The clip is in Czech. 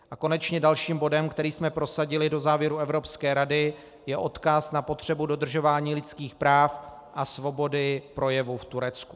A konečně dalším bodem, který jsme prosadili do závěrů Evropské rady, je odkaz na potřebu dodržování lidských práv a svobody projevu v Turecku.